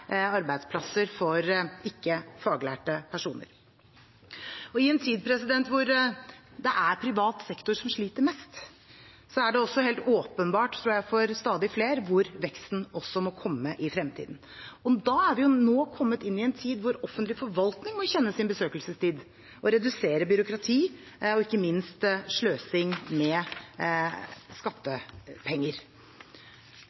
arbeidsplasser for ikke-faglærte personer. I en tid da det er privat sektor som sliter mest, tror jeg også det er helt åpenbart for stadig flere hvor veksten må komme i fremtiden. Vi er nå kommet inn i en tid da offentlig forvaltning må kjenne sin besøkelsestid og redusere byråkrati og ikke minst sløsing med